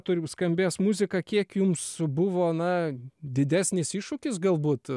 turim skambės muzika kiek jums buvo na didesnis iššūkis galbūt